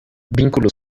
vínculos